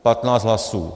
Patnáct hlasů.